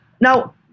Now